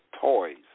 toys